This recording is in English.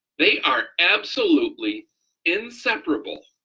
they are absolutely inseparable.